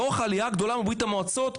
לאורך העלייה הגדולה מברית המועצות,